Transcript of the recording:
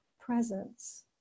presence